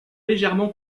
légèrement